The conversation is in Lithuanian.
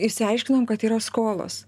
išsiaiškinom kad yra skolos